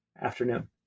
afternoon